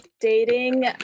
dating